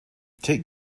take